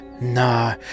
nah